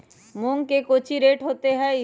मूंग के कौची रेट होते हई?